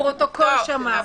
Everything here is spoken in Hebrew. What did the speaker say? הפרוטוקול שמע.